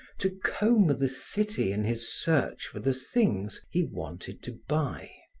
to comb the city in his search for the things he wanted to buy.